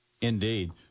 Indeed